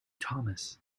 thomas